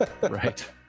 Right